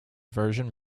version